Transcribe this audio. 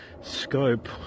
scope